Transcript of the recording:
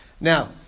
Now